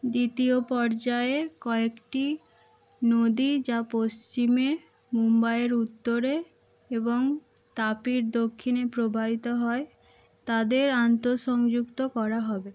দ্বিতীয় পর্যায়ে কয়েকটি নদী যা পশ্চিমে মুম্বাইয়ের উত্তরে এবং তাপির দক্ষিণে প্রবাহিত হয় তাদের আন্তঃসংযুক্ত করা হবে